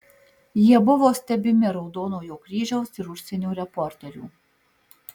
jie buvo stebimi raudonojo kryžiaus ir užsienio reporterių